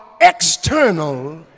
external